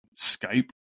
Skype